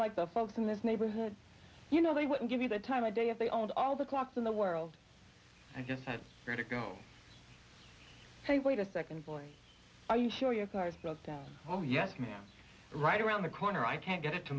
like the folks in this neighborhood you know they wouldn't give you the time of day if they owned all the clocks in the world and just going to go hey wait a second boy are you sure your car is broke down oh yes ma'am right around the corner i can't get it to